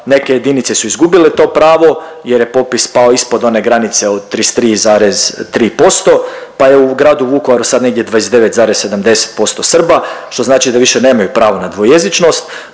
neke jedinice su izgubile to pravo jer je popis pao ispod one granice od 33,3%, pa je u gradu Vukovaru sad negdje 29,70% Srba, što znači da više nemaju pravo na dvojezičnost